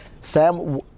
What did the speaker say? Sam